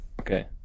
Okay